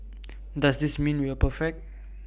does this mean we are perfect